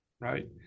right